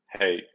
hey